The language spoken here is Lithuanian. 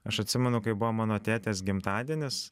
aš atsimenu kai buvo mano tėtės gimtadienis